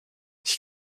ich